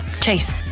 Chase